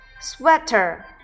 Sweater